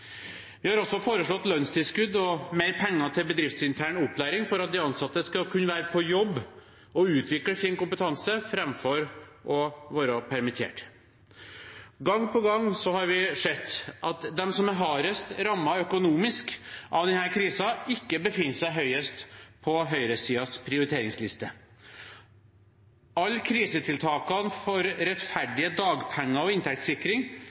Vi har også foreslått lønnstilskudd og mer penger til bedriftsintern opplæring for at de ansatte skal kunne være på jobb og utvikle sin kompetanse framfor å være permitterte. Gang på gang har vi sett at de som er hardest rammet økonomisk av denne krisen, ikke befinner seg høyest på høyresidens prioriteringsliste. Alle krisetiltakene for rettferdige dagpenger og inntektssikring